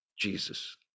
Jesus